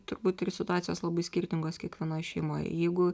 turbūt ir situacijos labai skirtingos kiekvienoj šeimoj jeigu